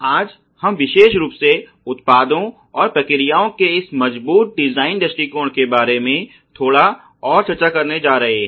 आज हम विशेष रूप से उत्पादों और प्रक्रियाओं के इस मजबूत डिजाइन दृष्टिकोण के बारे में थोड़ा और चर्चा करने जा रहे हैं